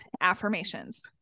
affirmations